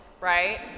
Right